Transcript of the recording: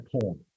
porn